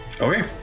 Okay